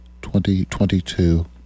2022